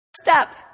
Step